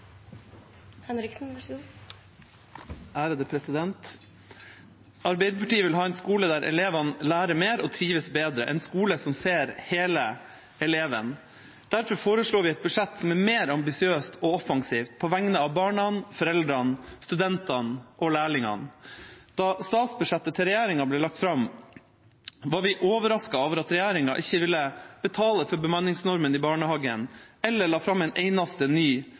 trives bedre – en skole som ser hele eleven. Derfor foreslår vi et budsjett som er mer ambisiøst og mer offensivt, på vegne av barna, foreldrene, studentene og lærlingene. Da regjeringas statsbudsjett ble lagt fram, var vi overrasket over at regjeringa ikke ville betale for bemanningsnormen i barnehagen, og at de ikke la fram en eneste ny